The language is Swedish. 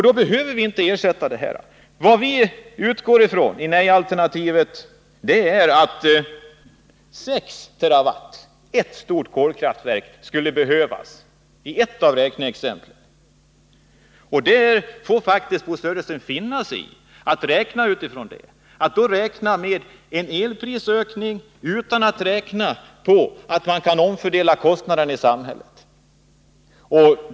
Då behöver vi inte ersätta den här kärnkraftsenergin. Det vi som förespråkar nej-alternativet utgår ifrån i ett av räkneexemplen är att 6 TWh, motsvarande produktionen vid ett stort kolkraftverk, skulle behövas. Bo Södersten får faktiskt finna sig i att räkna utifrån den förutsättningen i stället för att räkna med en elprishöjning utan att i det sammanhanget ta hänsyn till att man kan omfördela kostnaderna i samhället.